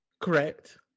Correct